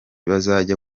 bazajya